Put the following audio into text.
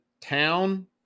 town